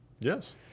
Yes